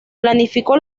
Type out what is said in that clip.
planificó